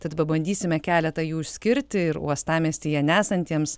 tad pabandysime keletą jų išskirti ir uostamiestyje nesantiems